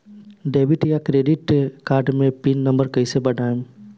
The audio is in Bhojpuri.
डेबिट या क्रेडिट कार्ड मे पिन नंबर कैसे बनाएम?